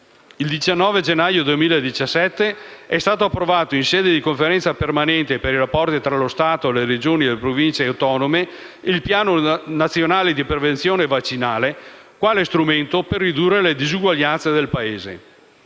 il 19 gennaio 2017 è stato approvato, in sede di Conferenza permanente per i rapporti tra lo Stato, le Regioni e le Province autonome di Trento e Bolzano, il piano nazionale di prevenzione vaccinale, quale strumento per ridurre le disuguaglianze nel Paese.